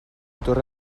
torre